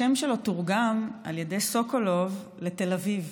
השם שלו תורגם על ידי סוקולוב ל"תל אביב".